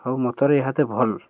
ଆଉ ମତରେ ଏହାତେ ଭଲ୍